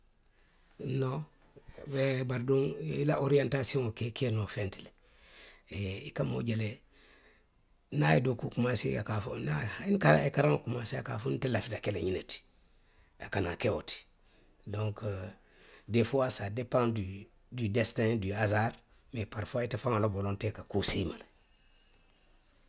Noŋ, bari duŋ i la oriyantasiyoŋo si i ke noo feŋ ti le. i ka moo je le, niŋ a ye dookuo komaasee a ka a fo niŋ a ye karaŋo komaasee a ka a fo le nte lafita ke la ňiŋ ne ti, a ka naa ke wo le ti. Donku, deefuwaa saa depaŋ di, di desiteŋ, di asaari, mee parifuwaa ite faŋo la wolontee ka kuu sii i ma le